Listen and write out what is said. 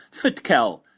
FitCal